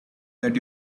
that